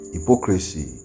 Hypocrisy